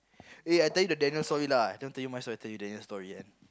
eh I tell you the Daniel story lah don't tell you my story I tell you Daniel story